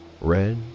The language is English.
red